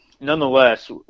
nonetheless